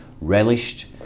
relished